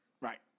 Right